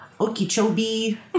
Okeechobee